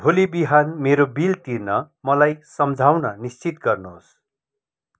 भोलि बिहान मेरो बिल तिर्न मलाई सम्झाउन निश्चित गर्नुहोस्